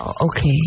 okay